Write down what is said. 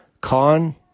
Con